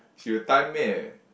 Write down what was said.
she's the type meh